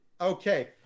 okay